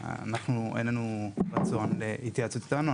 אין לנו רצון להתייעצות איתנו,